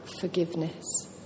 forgiveness